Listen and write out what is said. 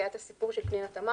כי היה הסיפור של פנינה תמנו.